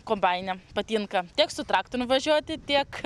kombaine patinka tiek su traktorium važiuoti tiek